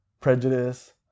prejudice